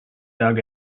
dug